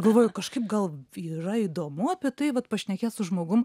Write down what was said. galvoju kažkaip gal yra įdomu apie tai vat pašnekėt su žmogum